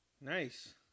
Nice